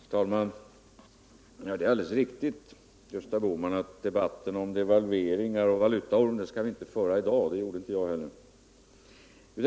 Herr talman! Det är alldeles riktigt, Gösta Bohman, att debatten om devalveringar och valutaorm inte skall föras i dag. Det gjorde jag inte heller.